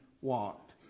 walked